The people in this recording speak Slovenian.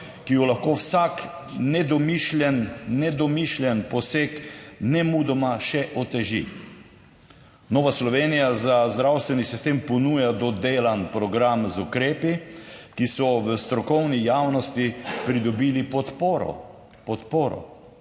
ki jo lahko vsak nedomišljen, nedomišljen poseg nemudoma še oteži. Nova Slovenija za zdravstveni sistem ponuja dodelan program z ukrepi, ki so v strokovni javnosti pridobili podporo,